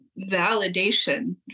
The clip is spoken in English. validation